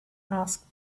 asked